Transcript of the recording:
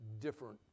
different